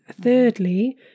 thirdly